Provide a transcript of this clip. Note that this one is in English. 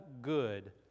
good